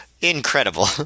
incredible